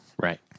Right